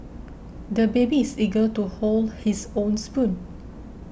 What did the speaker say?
the baby is eager to hold his own spoon